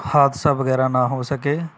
ਹਾਦਸਾ ਵਗੈਰਾ ਨਾ ਹੋ ਸਕੇ